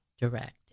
direct